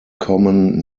common